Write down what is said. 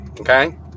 okay